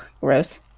gross